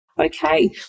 Okay